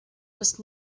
was